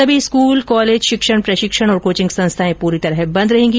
सभी school college शिक्षण प्रशिक्षण और कोचिंग संस्थाएं पूरी तरह बंद रहेगी